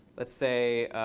let's say,